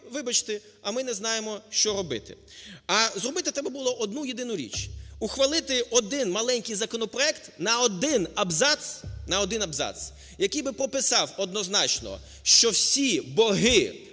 вибачте, а ми не знаємо, що робити. А зробити треба було одну єдину річ: ухвалити один маленький законопроект на один абзац, на один абзац, який би прописав однозначно, що всі борги